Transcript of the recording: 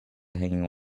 hanging